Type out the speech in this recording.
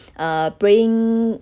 err praying